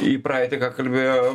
į praeitį ką kalbėjo